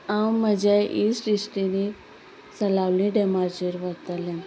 हांव म्हज्या इश्ट इश्टिणी सलावली डॅमाचेर व्हरतलें